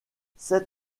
sept